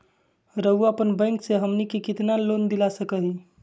रउरा अपन बैंक से हमनी के कितना लोन दिला सकही?